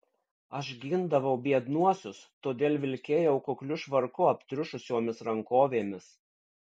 aš gindavau biednuosius todėl vilkėjau kukliu švarku aptriušusiomis rankovėmis